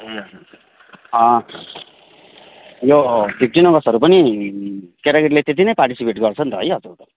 यो फिफ्टिन अगस्टहरू पनि केटाकेटीले त्यत्तिकै पार्टिसिपेट गर्छ नि त है अचल त